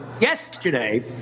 yesterday